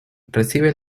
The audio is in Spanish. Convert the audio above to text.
recibe